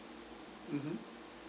mmhmm